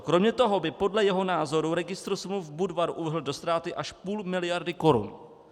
Kromě toho by podle jeho názoru registr smluv Budvar uvrhl do ztráty až půl miliardy korun.